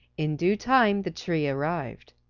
in due time the tree arrived.